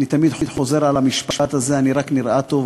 אני תמיד חוזר על המשפט הזה: אני רק נראה טוב,